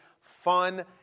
fun